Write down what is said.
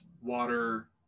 water